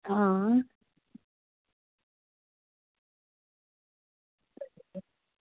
हां